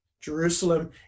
Jerusalem